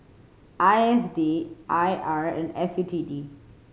I S D I R and S U T D